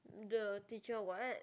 the teacher what